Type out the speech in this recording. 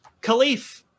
khalif